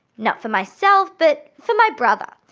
not for myself but for my brother,